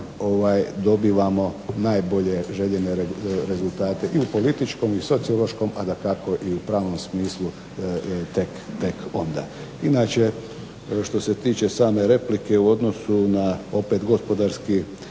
dobivamo najbolje željene rezultate i u političkom i sociološkom, a dakako i u pravnom smislu tek onda. Inače što se tiče same replike, u odnosu na opet gospodarski